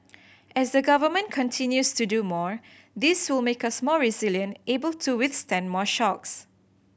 as the Government continues to do more this will make us more resilient able to withstand more shocks